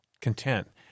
content